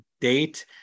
date